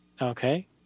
Okay